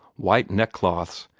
white neckcloths,